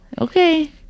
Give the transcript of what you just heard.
okay